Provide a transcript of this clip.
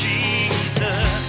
Jesus